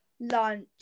lunch